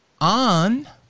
on